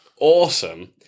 awesome